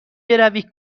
بروی